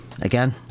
Again